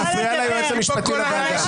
את מפריעה ליועץ המשפטי לוועדה.